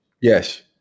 Yes